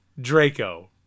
Draco